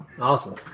Awesome